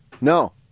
No